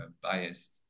biased